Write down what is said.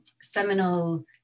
seminal